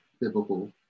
biblical